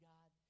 God